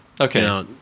Okay